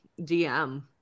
dm